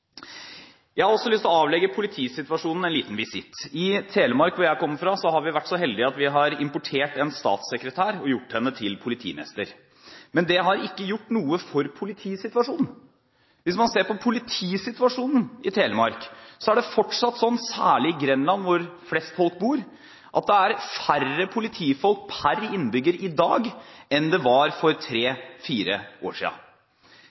Jeg har også lyst til å avlegge politisituasjonen en liten visitt. I Telemark, hvor jeg kommer fra, har vi vært så heldige at vi har importert en statssekretær og gjort henne til en politimester. Men det har ikke gjort noe for politisituasjonen. Hvis man ser på politisituasjonen i Telemark, er det fortsatt sånn, særlig i Grenland hvor flest folk bor, at det er færre politifolk per innbygger i dag enn det var for tre–fire år